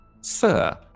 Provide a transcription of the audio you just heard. Sir